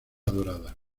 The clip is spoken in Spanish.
dorada